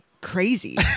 Crazy